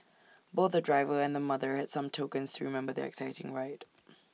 both the driver and the mother had some tokens to remember their exciting ride